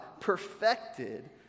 perfected